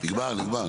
נגמר נגמר.